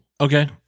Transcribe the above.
Okay